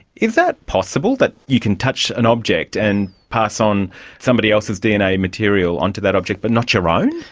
is that possible, that you can touch an object and pass on somebody else's dna material onto that object but not your own?